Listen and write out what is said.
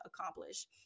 accomplish